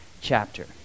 chapter